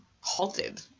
halted